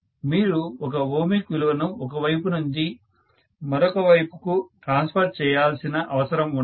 మీరు ఒక ఓమిక్ విలువను ఒక వైపు నుంచి మరొక వైపుకు ట్రాన్స్ఫర్ చేయాల్సిన అవసరం ఉండదు